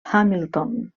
hamilton